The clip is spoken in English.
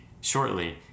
shortly